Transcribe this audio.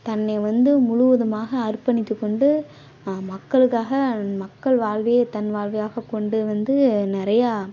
தன்னை வந்து முழுவதுமாக அர்பணித்துக்கொண்டு மக்களுக்காக மக்கள் வாழ்வே தன் வாழ்வியாக கொண்டு வந்து நிறையா